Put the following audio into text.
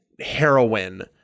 heroin